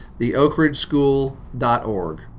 theoakridgeschool.org